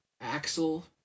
Axel